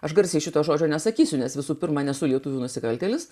aš garsiai šito žodžio nesakysiu nes visų pirma nesu lietuvių nusikaltėlis